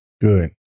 Good